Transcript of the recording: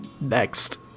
Next